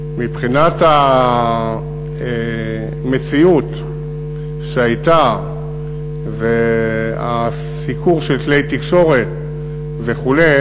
מבחינת המציאות שהייתה והסיקור של כלי תקשורת וכו',